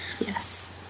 Yes